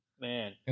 Man